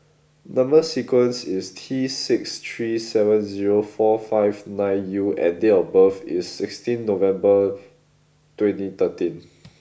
number sequence is T six three seven zero four five nine U and date of birth is sixteenth November twenty thirteen